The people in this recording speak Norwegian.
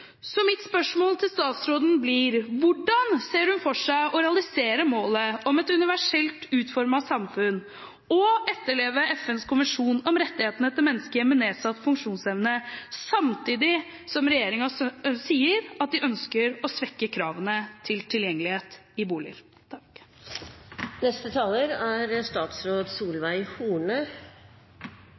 Så mitt spørsmål til statsråden blir: Hvordan ser hun for seg å realisere målet om et universelt utformet samfunn og etterleve FNs konvensjon om rettighetene til mennesker med nedsatt funksjonsevne samtidig som regjeringen sier at den ønsker å svekke kravene til tilgjengelighet i boliger?